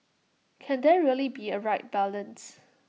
can there really be A right balance